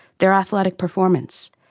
their athletic performance,